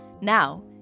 Now